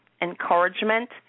encouragement